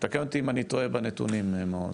תקן אותי אם אני טועה בנתונים מעוז.